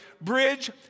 Bridge